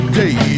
day